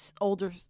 older